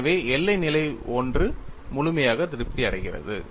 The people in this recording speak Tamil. எனவே எல்லை நிலை 1 முழுமையாக திருப்தி அடைகிறது